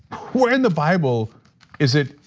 where in the bible is it,